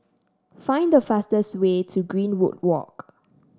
find the fastest way to Greenwood Walk